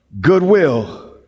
Goodwill